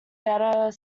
better